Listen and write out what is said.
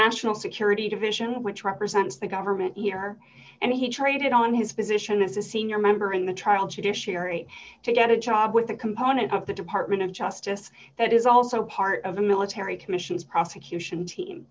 national security division which represents the government here and he traded on his position as a senior member in the trial judiciary to get a job with the component of the department of justice that is also part of a military commissions prosecution team